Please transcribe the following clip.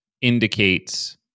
indicates